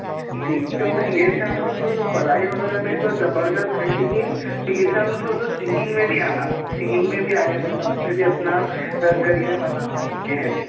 جی تو میں یہ چاہ رہا ہوں کہ انھوں پڑھائی وغیرہ میں تو زبردست ہے لیکن میں یہ چاہ رہا ہوں کہ انہوں سنگنگ میں بھی آنا سنگنگ میں بھی آگے بڑھنا اس میں بھی اپنا کریئر بنانا